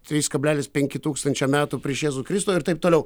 trys kablelis penki tūkstančio metų prieš jėzų kristų ir taip toliau